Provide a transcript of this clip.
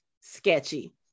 sketchy